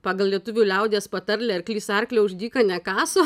pagal lietuvių liaudies patarlę arklys arklio už dyką nekaso